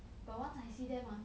but once I see them ah